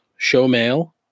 showmail